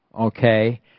Okay